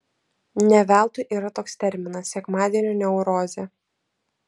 ne veltui yra toks terminas sekmadienio neurozė